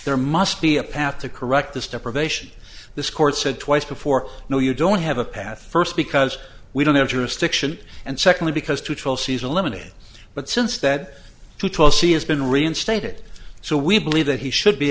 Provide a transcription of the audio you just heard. there must be a path to correct this deprivation this court said twice before no you don't have a path first because we don't have jurisdiction and secondly because to trial she's eliminated but since that to twelve she has been reinstated so we believe that he should be